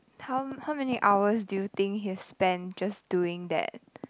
how how many hours do you think he's spend just doing that